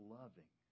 loving